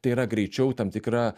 tai yra greičiau tam tikra